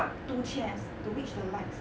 two chairs to reach the lights